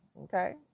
Okay